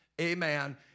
amen